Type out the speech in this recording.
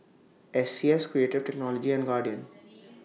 S C S Creative Technology and Guardian